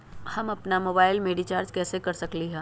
हम अपन मोबाइल में रिचार्ज कैसे कर सकली ह?